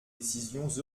décisions